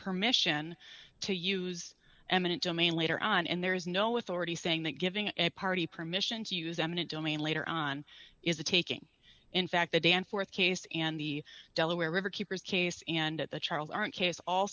permission to use eminent domain later on and there is no authority saying that giving a party permission to use eminent domain later on is a taking in fact the danforth case and the delaware river keepers case and at the charles aren't case all